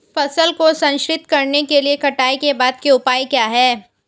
फसल को संरक्षित करने के लिए कटाई के बाद के उपाय क्या हैं?